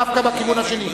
דווקא בכיוון השני.